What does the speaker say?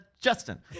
justin